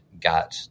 got